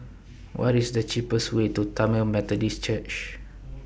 What IS The cheapest Way to Tamil Methodist Church